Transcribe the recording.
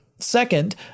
Second